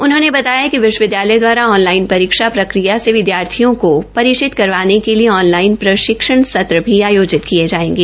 उन्होंने बताया कि विश्वविद्यालय द्वारा ऑनलाइन परीक्षा प्रक्रिया से विद्यार्थियों को परिचित करवाने के लिए ऑनलाइन प्रशिक्षण सत्र भी आयोजित किए जा रहे हैं